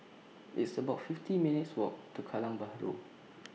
It's about fifty minutes' Walk to Kallang Bahru